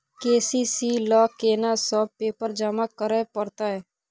KCC ल केना सब पेपर जमा करै परतै?